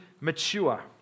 mature